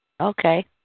Okay